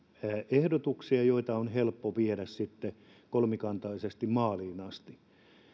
ehdotuksia joita on helppo viedä sitten kolmikantaisesti maaliin asti tämä